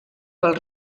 pel